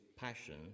passion